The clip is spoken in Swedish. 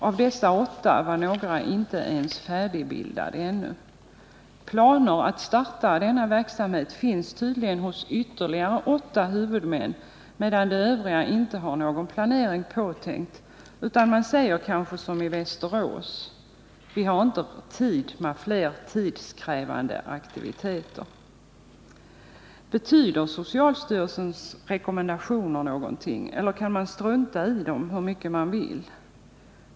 Av dessa åtta var några inte ens färdigbildade ännu. Planer på att starta denna verksamhet finns tydligen hos ytterligare åtta huvudmän, medan de övriga inte har någon planering påtänkt, utan man säger kanske som i Västerås: ”Vi har inte tid med fler tidskrävande aktiviteter!” Betyder socialstyrelsens rekommendationer någonting, eller kan man strunta i dem hur mycket man vill?